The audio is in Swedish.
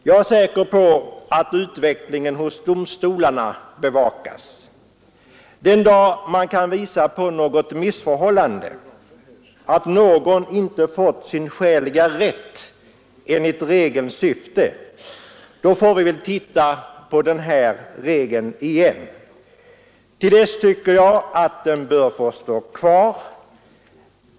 Jag är säker på att utvecklingen hos domstolarna bevakas. Den dag man kan påvisa något missförhållande, att någon inte fått sin skäliga rätt enligt regelns syfte, då får vi se på regeln igen. Till dess tycker jag att den bör få stå kvar.